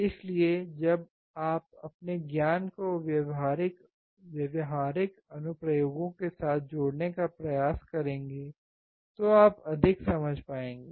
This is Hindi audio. इसलिए जब आप अपने ज्ञान को व्यावहारिक अनुप्रयोगों के साथ जोड़ने का प्रयास करेंगे तो आप अधिक समझ पाएंगे